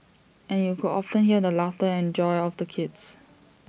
and you could often hear the laughter and joy of the kids